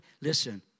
Listen